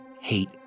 hate